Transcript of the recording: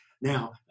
Now